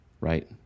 right